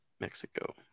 Mexico